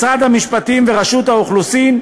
משרד המשפטים ורשות האוכלוסין,